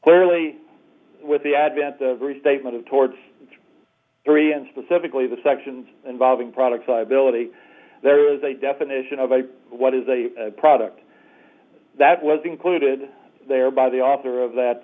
clearly with the advent of restatement of towards three and specifically the sections involving product liability there is a definition of a what is a product that was included there by the author of that